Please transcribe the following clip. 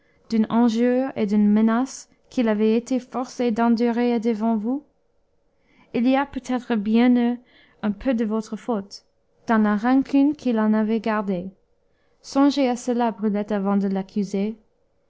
d'une injure et d'une menace qu'il avait été forcé d'endurer devant vous il y a peut-être bien eu un peu de votre faute dans la rancune qu'il en avait gardée songez à cela brulette avant de l'accuser